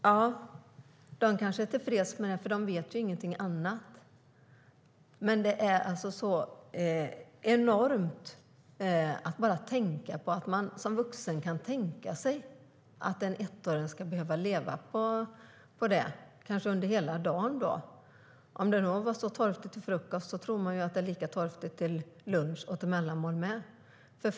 De var kanske tillfreds med det för att de inte visste om något annat. Som vuxen är det enormt att bara tänka på att en ettåring ska behöva leva på detta kanske under en hel dag. Om det var så torftigt till frukost tror man att det var lika torftigt till lunch och mellanmål också.